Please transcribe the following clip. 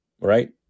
Right